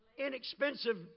Inexpensive